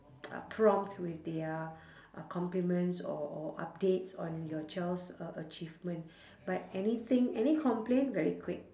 uh prompt with their uh compliments or or updates on your child's uh achievement but anything any complaint very quick